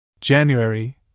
January